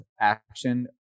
action